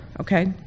Okay